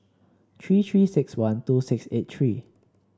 three Three six one two six eight three